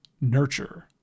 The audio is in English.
Nurture